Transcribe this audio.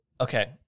okay